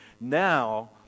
now